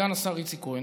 לסגן השר איציק כהן.